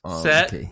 Set